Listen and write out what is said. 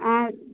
ஆ